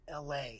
LA